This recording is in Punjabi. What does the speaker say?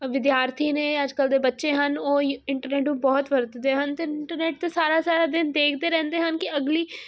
ਵਿਦਿਆਰਥੀ ਨੇ ਅੱਜ ਕੱਲ ਦੇ ਬੱਚੇ ਹਨ ਉਹ ਇੰਟਰਨੈਟ ਨੂੰ ਬਹੁਤ ਵਰਤਦੇ ਹਨ ਤੇ ਇੰਟਰਨੈਟ ਤੇ ਸਾਰਾ ਸਾਰਾ ਦਿਨ ਦੇਖਦੇ ਰਹਿੰਦੇ ਹਨ ਕਿ ਅਗਲੀ